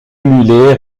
mulets